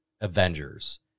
Avengers